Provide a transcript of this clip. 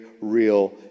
real